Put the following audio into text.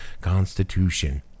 constitution